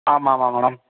ஆமாமாம் மேடம்